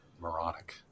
moronic